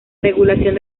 regulación